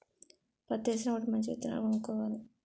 పత్తేసినప్పుడు మంచి విత్తనాలు కొనుక్కోవాలి